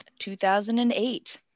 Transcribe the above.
2008